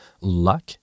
Luck